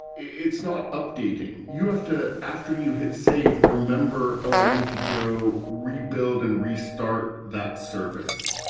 it's not updating. you have to, after you hit save, remember, oh, i need to go rebuild and restart that service.